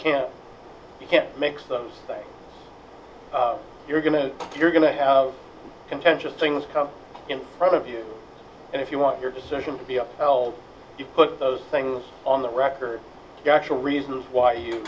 can't you can't mix those things you're going to do you're going to have contentious things come in front of you and if you want your decisions to be upheld you put those things on the record the actual reasons why you